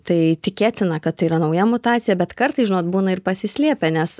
tai tikėtina kad tai yra nauja mutacija bet kartais žinot būna ir pasislėpę nes